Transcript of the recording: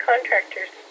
contractors